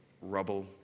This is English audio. rubble